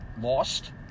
lost